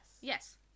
Yes